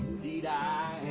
indeed i